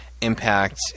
impact